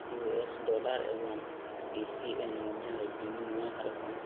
you S dollar ଏବଂ D C N ମଧ୍ୟରେ ବିନିମୟ ହାର କ'ଣ